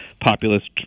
populist